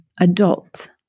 adult